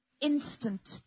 instant